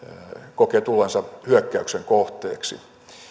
kokee tulleensa hyökkäyksen kohteeksi